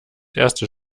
erste